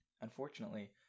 Unfortunately